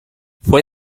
fue